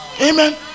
amen